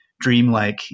dreamlike